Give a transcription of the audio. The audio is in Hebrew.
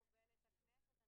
מחלת ילד, מחלת בן זוג,